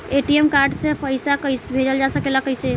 ATM card से पइसा भेजल जा सकेला कइसे?